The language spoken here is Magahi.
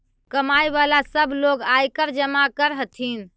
कमाय वला सब लोग आयकर जमा कर हथिन